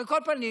על כל פנים,